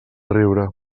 riure